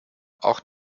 auch